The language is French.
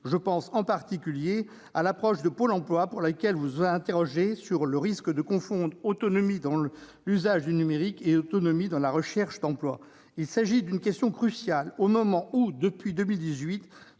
Je pense en particulier à l'approche de Pôle emploi, au sujet de laquelle vous relevez « le risque de confondre autonomie dans l'usage du numérique et autonomie dans la recherche d'emploi ». Il s'agit d'une question cruciale alors que depuis 2018